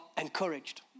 encouraged